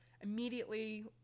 immediately